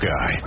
Guy